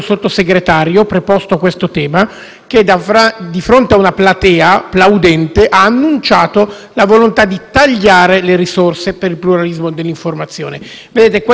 che, di fronte a una platea plaudente, ha annunciato la volontà di tagliare le risorse per il pluralismo dell'informazione. Questo purtroppo nel Novecento è successo,